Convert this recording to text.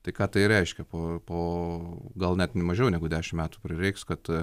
tai ką tai reiškia po o gal net ne mažiau negu dešimt metų prireiks kad